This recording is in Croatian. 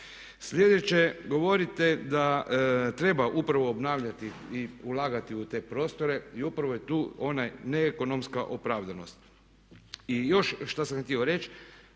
Sljedeće, govorite da treba upravo obnavljati i ulagati u te prostore i upravo je tu ona neekonomska opravdanost. I još što sam htio reći,